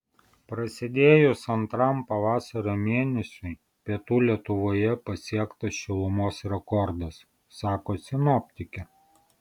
prasidėjus antram pavasario mėnesiui pietų lietuvoje pasiektas šilumos rekordas sako sinoptikė